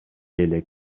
элек